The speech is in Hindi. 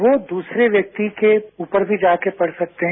वो दूसरे व्यक्ति के ऊपर भी जाकर पड़ सकते हैं